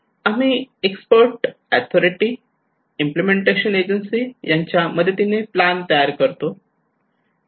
आम्ही expert authority implementation agency यांच्या मदतीने प्लान तयार करतो